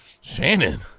Shannon